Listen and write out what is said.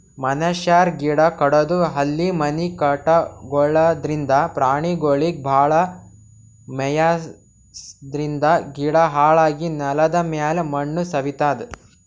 ಮನಶ್ಯಾರ್ ಗಿಡ ಕಡದು ಅಲ್ಲಿ ಮನಿ ಕಟಗೊಳದ್ರಿಂದ, ಪ್ರಾಣಿಗೊಳಿಗ್ ಭಾಳ್ ಮೆಯ್ಸಾದ್ರಿನ್ದ ಗಿಡ ಹಾಳಾಗಿ ನೆಲದಮ್ಯಾಲ್ ಮಣ್ಣ್ ಸವಿತದ್